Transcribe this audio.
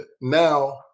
now